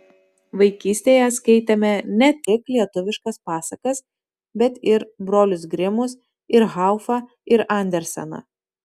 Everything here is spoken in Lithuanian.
vaikystėje skaitėme ne tik lietuviškas pasakas bet ir brolius grimus ir haufą ir anderseną